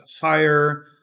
higher